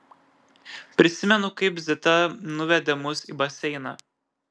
prisimenu kaip zita nuvedė mus į baseiną